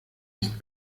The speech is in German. nicht